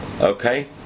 okay